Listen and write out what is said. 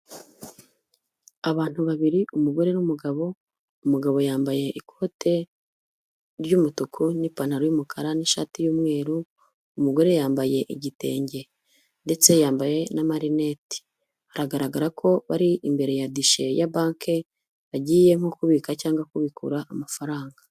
Abantu babiri umugore n'umugabo umugabo yambaye ikote ry'umutuku n'ipantaro y'umukara n'ishati y'umweru umugore yambaye igitenge ndetse yambaye n'amarineti haragaragara ko bari imbere ya gushe ya banki agiye nko kubika cyangwa kubikura amafaranga.